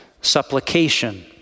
supplication